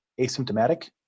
asymptomatic